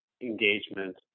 engagement